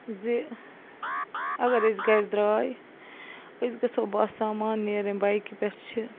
زِ اگر أسۍ گَرِ دَراے أسۍ گَژھو با سامان نیرٕنۍ بایکہِ پٮ۪ٹھ چھِ